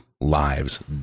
lives